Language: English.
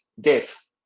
death